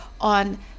on